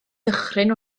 dychryn